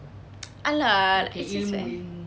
!alah! this is why